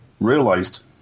realized